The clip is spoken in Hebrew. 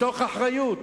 מתוך אחריות.